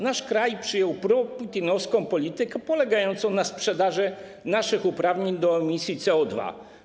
Nasz kraj przyjął proputinowską politykę polegającą na sprzedaży naszych uprawnień do emisji CO2.